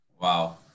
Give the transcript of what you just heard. Wow